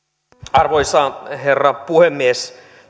arvoisa herra puhemies